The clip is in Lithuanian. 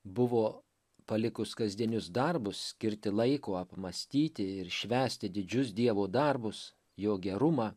buvo palikus kasdienius darbus skirti laiko apmąstyti ir švęsti didžius dievo darbus jo gerumą